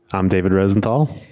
i'm david rosenthal.